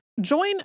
Join